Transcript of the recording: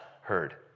heard